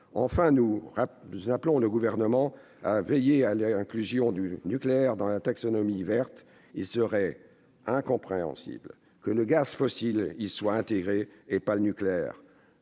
Enfin, nous appelons le Gouvernement à veiller à l'inclusion du nucléaire dans la taxonomie verte. Il serait incompréhensible que le gaz fossile y soit intégré et non le nucléaire,